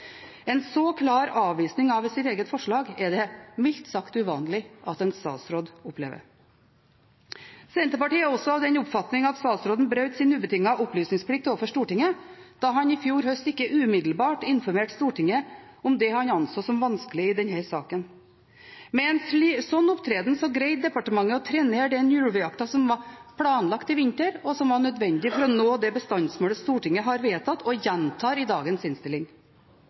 En så klar avvisning av sitt eget forslag er det mildt sagt uvanlig at en statsråd opplever. Senterpartiet er også av den oppfatning at statsråden brøt sin ubetingede opplysningsplikt overfor Stortinget da han i fjor høst ikke umiddelbart informerte Stortinget om det han anså som vanskelig i denne saken. Med en slik opptreden greide departementet å trenere den ulvejakten som var planlagt i vinter, og som var nødvendig for å nå det bestandsmålet Stortinget har vedtatt, og gjentar i dagens innstilling.